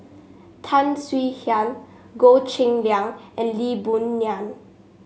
Tan Swie Hian Goh Cheng Liang and Lee Boon Ngan